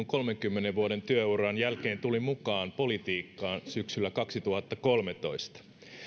kolmenkymmenen vuoden työuran jälkeen tulin mukaan politiikkaan syksyllä kaksituhattakolmetoista